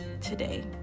today